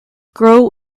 grow